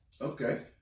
Okay